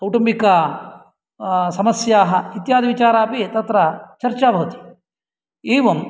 कौटुम्बिक समस्याः इत्यादि विचारोपि तत्र चर्चा भवति एवं